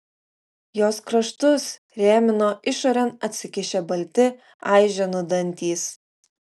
jos kraštus rėmino išorėn atsikišę balti aiženų dantys